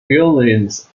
buildings